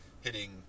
hitting